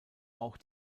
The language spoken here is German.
auch